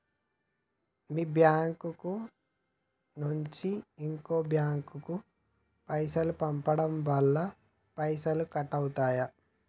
మీ bank నుంచి ఇంకో bank కు పైసలు పంపడం వల్ల పైసలు కట్ అవుతయా?